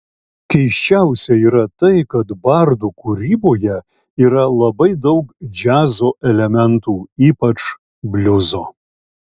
keisčiausia yra tai kad bardų kūryboje yra labai daug džiazo elementų ypač bliuzo